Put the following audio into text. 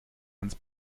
ans